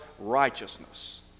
righteousness